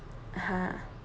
ha